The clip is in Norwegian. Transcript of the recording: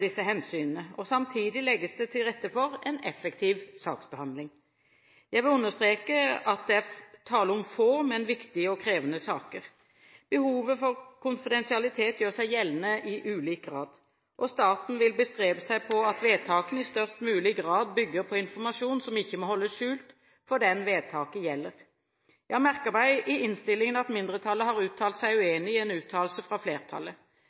disse hensynene. Samtidig legges det til rette for en effektiv saksbehandling. Jeg vil understreke at det er tale om få, men viktige og krevende saker. Behovet for konfidensialitet gjør seg gjeldende i ulik grad. Staten vil bestrebe seg på at vedtakene i størst mulig grad bygger på informasjon som ikke må holdes skjult for den vedtaket gjelder. Jeg har merket meg i innstillingen at mindretallet har sagt seg uenig i en uttalelse fra flertallet.